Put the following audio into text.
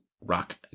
rock